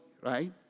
right